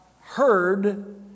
heard